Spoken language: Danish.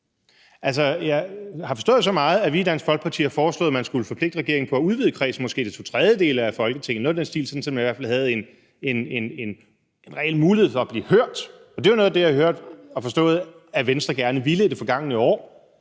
Altså, jeg har forstået så meget, at vi i Dansk Folkeparti har foreslået, at man skulle forpligte regeringen til at udvide kredsen, måske til to tredjedele af Folketinget – noget i den stil – sådan at man i hvert fald havde en reel mulighed for at blive hørt. Og det var noget af det, jeg hørte og forstod, at Venstre gerne ville i det forgangne år.